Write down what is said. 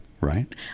right